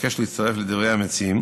אבקש להצטרף לדברי המציעים.